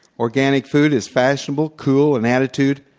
organic food is fashionable, cool, an attitude,